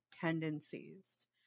tendencies